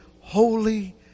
holy